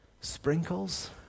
Sprinkles